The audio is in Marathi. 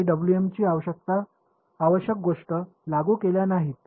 तर आम्ही येथून काही ची आवश्यक गोष्टी लागू केल्या नाहीत